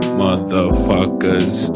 motherfuckers